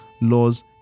laws